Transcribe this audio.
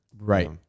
right